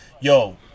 yo